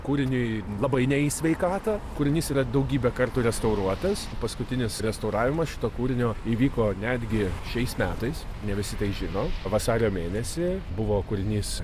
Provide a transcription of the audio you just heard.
kūriniui labai ne į sveikatą kūrinys yra daugybę kartų restauruotas paskutinis restauravimas šito kūrinio įvyko netgi šiais metais ne visi tai žino vasario mėnesį buvo kūrinys